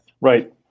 Right